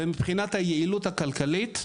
ומבחינת היעילות הכלכלית,